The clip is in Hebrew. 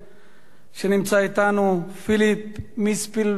שנמצא אתנו, פיליפ מיספלדר,